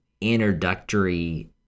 introductory